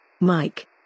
Mike